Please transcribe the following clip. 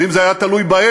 ואם זה היה תלוי בהם,